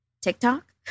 TikTok